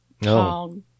No